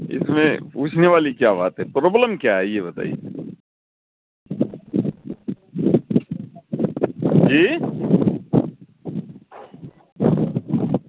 اس میں پوچھنے والی کیا بات ہے پرابلم کیا ہے یہ بتائیے جی